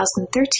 2013